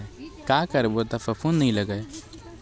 का करबो त फफूंद नहीं लगय?